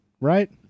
right